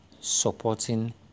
supporting